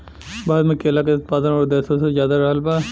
भारत मे केला के उत्पादन और देशो से ज्यादा रहल बा